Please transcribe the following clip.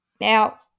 Now